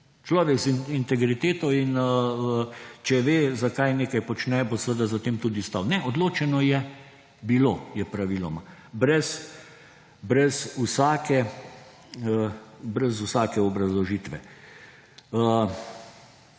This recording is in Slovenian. Človek z integriteto in če ve, zakaj nekaj počne, bo seveda za tem tudi stal. Ne; odločeno je bilo, je praviloma, brez vsake obrazložitve.